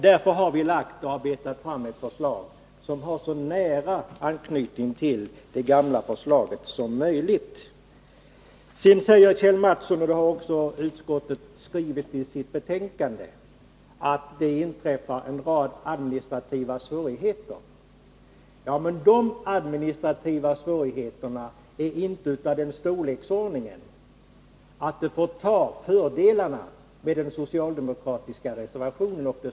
Därför har vi arbetat fram ett förslag som har så nära anknytning till det gamla förslaget som möjligt. Sedan säger Kjell Mattsson — och det har också utskottet skrivit i sitt betänkande — att förslaget medför en rad administrativa svårigheter. Ja, men de administrativa svårigheterna är inte av den storleksordningen att de förtar fördelarna med den socialdemokratiska reservationen.